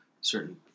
certain